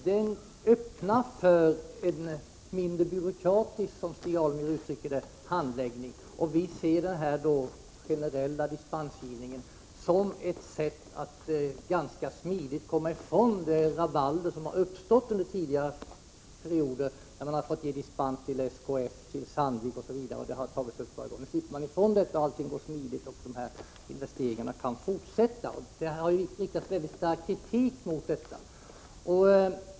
Den öppnar för, som Stig Alemyr uttryckte det, en mindre byråkratisk handläggning, och vi ser den generella dispensgivningen som ett sätt att ganska smidigt komma ifrån den typ av rabalder som förekommit under tidigare perioder, då man har fått ge dispens till SKF, Sandvik m.fl. Nu slipper man ifrån detta, allting går smidigt och de här investeringarna kan fortsätta. Det har riktats en mycket stark kritik mot detta.